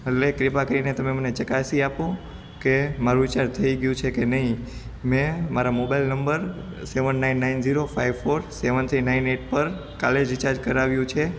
અલે ક્રૃપા કરીને તમે મને ચકાસી આપો કે મારું રિચાર્જ થઈ ગયું કે નહીં મેં મારા mobile number seven nine nine five zero five four seven three nine eight પર કાલે જ રિચાર્જ કરાવ્યું છે